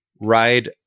ride